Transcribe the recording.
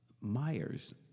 Myers